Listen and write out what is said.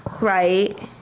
right